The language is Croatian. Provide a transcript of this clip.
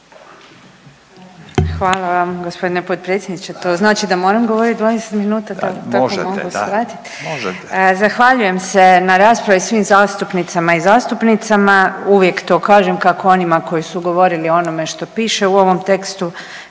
Hvala vam gospodine potpredsjedniče. To znači da moram govoriti 20 minuta, tako mogu shvatit. …/Upadica: Možete da možete./… Zahvaljujem se na raspravi svim zastupnicama i zastupnicima, uvijek to kažem kako onima koji su govorili o onome što piše u ovom tekstu,